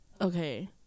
Okay